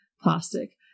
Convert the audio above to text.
plastic